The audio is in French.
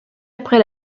après